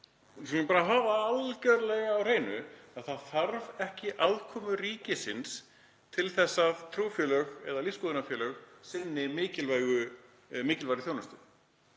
það þarf ekki aðkomu ríkisins til þess að trúfélög eða lífsskoðunarfélög sinni mikilvægri þjónustu.